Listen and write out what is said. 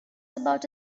about